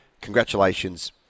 congratulations